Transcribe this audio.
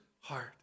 heart